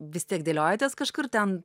vis tiek dėliojatės kažkur ten